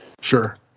Sure